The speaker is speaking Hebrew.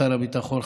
שר הביטחון,